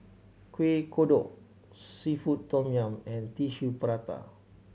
Kuih Kodok seafood tom yum and Tissue Prata